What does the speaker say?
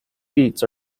feats